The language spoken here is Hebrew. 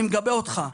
אני מגבה אותך.